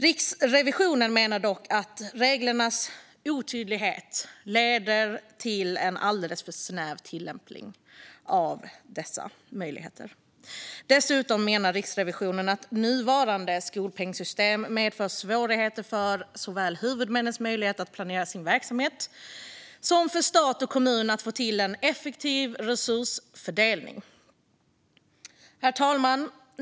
Riksrevisionen menar dock att reglernas otydlighet leder till en alldeles för snäv tillämpning av dessa möjligheter. Dessutom menar Riksrevisionen att nuvarande skolpengssystem medför svårigheter för såväl huvudmännens möjligheter att planera sin verksamhet som för stat och kommun att få till en effektiv resursfördelning. Herr talman!